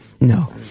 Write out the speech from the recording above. No